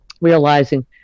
Realizing